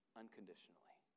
unconditionally